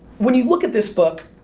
when you look at this book,